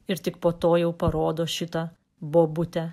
ir tik po to jau parodo šitą bobutę